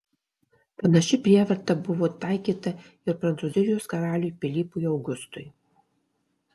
panaši prievarta buvo taikyta ir prancūzijos karaliui pilypui augustui